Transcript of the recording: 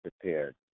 prepared